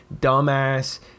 dumbass